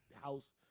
house